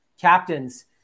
captains